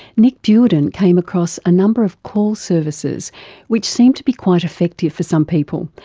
nick duerden came across a number of call services which seemed to be quite effective for some people,